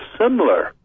similar